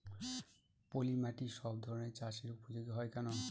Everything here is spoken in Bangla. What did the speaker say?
পলিমাটি সব ধরনের চাষের উপযোগী হয় কেন?